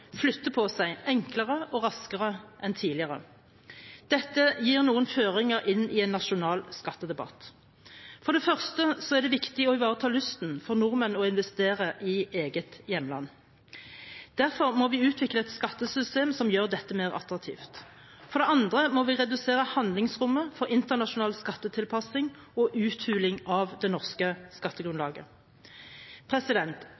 flytter på seg enklere og raskere enn tidligere. Dette gir noen føringer inn i en nasjonal skattedebatt. For det første er det viktig å ivareta lysten for nordmenn til å investere i eget hjemland. Derfor må vi utvikle et skattesystem som gjør dette mer attraktivt. For det andre må vi redusere handlingsrommet for internasjonal skattetilpasning og uthuling av det norske